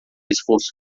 esforço